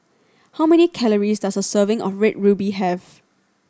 how many calories does a serving of Red Ruby have